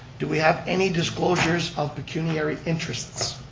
do we have any disclosures of pecuniary interests?